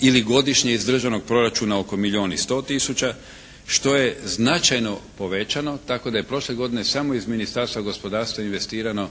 ili godišnje iz Državnog proračuna oko milijun i 100 tisuća što je značajno povećano tako da je prošle godine samo iz Ministarstva gospodarstva investirano